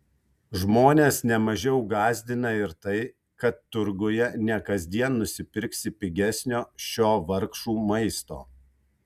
žmones ne mažiau gąsdina ir tai kad turguje ne kasdien nusipirksi pigesnio šio vargšų maisto